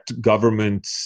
government